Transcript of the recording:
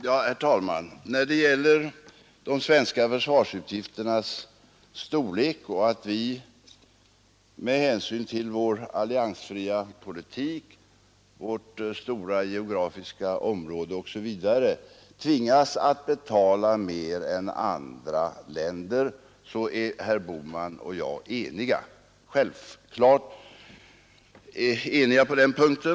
Herr talman! När det gäller de svenska försvarsutgifternas storlek och det faktum att vi med hänsyn till vår alliansfria politik, vårt stora geografiska område osv. tvingas att betala mer än andra länder så är herr Bohman och jag självklart eniga.